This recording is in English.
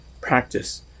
practice